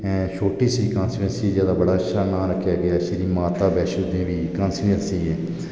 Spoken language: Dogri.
छोटी सी कानसीचुआंसी जेह्दा बड़ा अच्छा नां रक्खेआ गेदा श्री माता बैष्णो देबी कानसीचुआंसी